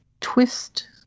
twist